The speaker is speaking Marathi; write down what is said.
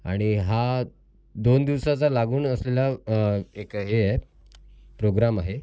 आणि हा दोन दिवसाचा लागून असलेला एक हे आहे प्रोग्राम आहे